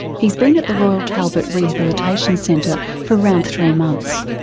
he's been at the royal talbot rehabilitation centre for around three months.